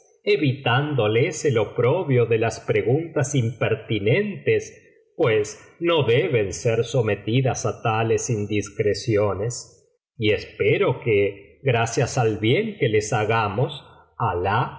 evitándoles el oprobio de las preguntas impertinentes pues no deben ser sometidas á tales indiscreciones y espero que gracias al bien que les hagamos alah